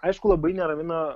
aišku labai neramina